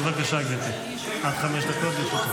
בבקשה, גברתי, עד חמש דקות ברשותך.